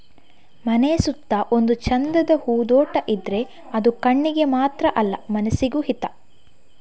ಮನೆಯ ಸುತ್ತ ಒಂದು ಚಂದದ ಹೂದೋಟ ಇದ್ರೆ ಅದು ಕಣ್ಣಿಗೆ ಮಾತ್ರ ಅಲ್ಲ ಮನಸಿಗೂ ಹಿತ